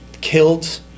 killed